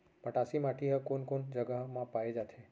मटासी माटी हा कोन कोन जगह मा पाये जाथे?